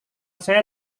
saya